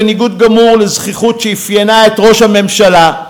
בניגוד גמור לזחיחות שאפיינה את ראש הממשלה,